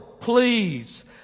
Please